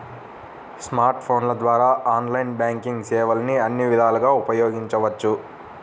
smart ఫోన్ల ద్వారా online banking సేవల్ని అన్ని విధాలుగా ఉపయోగించవచ్చు